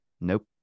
Nope